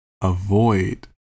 avoid